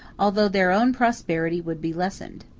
although their own prosperity would be lessened.